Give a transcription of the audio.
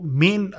main